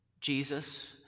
Jesus